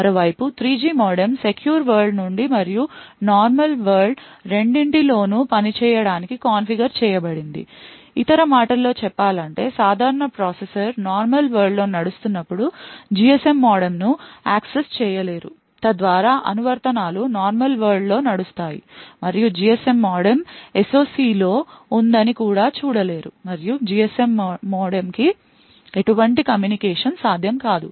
మరోవైపు 3G modem secure వరల్డ్నుండి మరియు నార్మల్ వరల్డ్ రెండింటిలోనూ పని చేయడానికి కాన్ఫిగర్ చేయబడింది ఇతర మాటలలో చెప్పాలంటే సాధారణ ప్రాసెసర్ నార్మల్ వరల్డ్ లోనడుస్తున్నప్పుడు GSM మోడెమ్ను యాక్సెస్ చేయలేరు తద్వారా అనువర్తనాలు నార్మల్ వరల్డ్ లోనడుస్తాయి మరియు GSM మోడెమ్ SOC లో ఉందని కూడా చూడలేరు మరియు GSM మోడెమ్కి ఎటువంటి కమ్యూనికేషన్ సాధ్యం కాదు